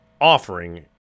offering